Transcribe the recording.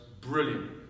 brilliant